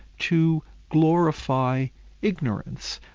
to glorify ignorance.